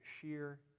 sheer